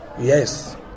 Yes